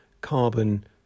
carbon